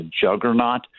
juggernaut